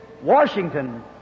Washington